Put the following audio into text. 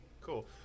Cool